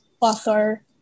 author